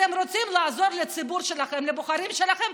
אתם רוצים לעזור לציבור שלכם, לבוחרים שלכם?